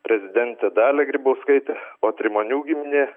prezidentę dalią grybauskaitę o trimonių giminė